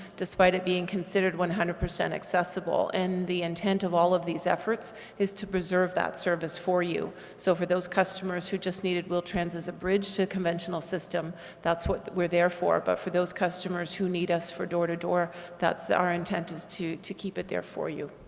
despite it being considered one hundred percent accessible and the intent of all of these efforts is to preserve that service for you, so for those customers who just needed wheel-trans as a bridge to the conventional system that's what we're there for, but for those customers who need us for door-to-door that's our intent, is to to keep it there for you.